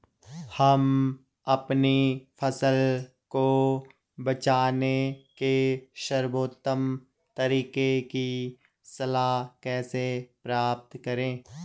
हम अपनी फसल को बचाने के सर्वोत्तम तरीके की सलाह कैसे प्राप्त करें?